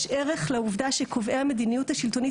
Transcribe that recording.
יש ערך לעובדה שקובעי המדיניות השלטונית